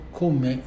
come